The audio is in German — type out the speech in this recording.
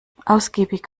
ausgiebig